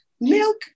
milk